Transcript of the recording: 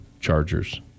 Chargers